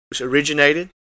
originated